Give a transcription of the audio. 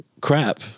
crap